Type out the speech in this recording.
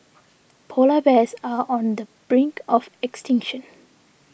Polar Bears are on the brink of extinction